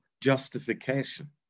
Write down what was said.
justification